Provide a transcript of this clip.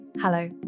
Hello